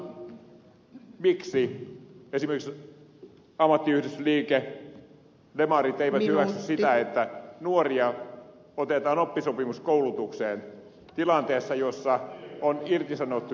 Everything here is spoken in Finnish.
mutta miksi esimerkiksi ammattiyhdistysliike demarit eivät hyväksy sitä että nuoria otetaan oppisopimuskoulutukseen tilanteessa jossa on irtisanottuja työntekijöitä